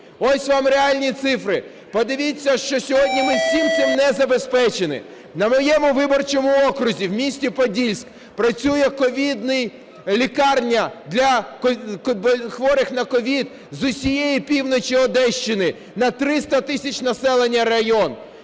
Ось вам реальні цифри. Подивіться, що сьогодні ми всім цим не забезпечені. На моєму виборчому окрузі в місті Подільськ працює ковідна лікарня для хворих на COVID з усієї півночі Одещини, на 300 тисяч населення район.